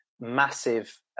massive